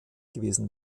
gewesen